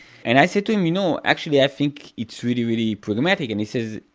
and i said to him, you know, actually i think it's really really pragmatic. and he says,